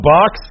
Box